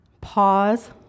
Pause